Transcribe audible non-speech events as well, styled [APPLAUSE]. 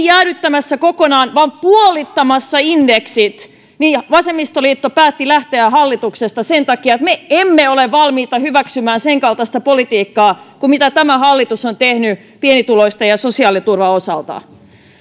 [UNINTELLIGIBLE] jäädyttämässä kokonaan vaan puolittamassa indeksit niin vasemmistoliitto päätti lähteä hallituksesta sen takia että me emme ole valmiita hyväksymään senkaltaista politiikkaa kuin mitä tämä hallitus on tehnyt pienituloisten ja sosiaaliturvan osalta